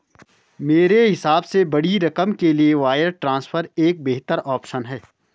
मेरे हिसाब से बड़ी रकम के लिए वायर ट्रांसफर एक बेहतर ऑप्शन है